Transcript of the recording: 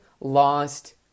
lost